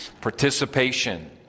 participation